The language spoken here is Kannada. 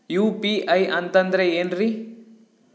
ಯು.ಪಿ.ಐ ಅಂತಂದ್ರೆ ಏನ್ರೀ?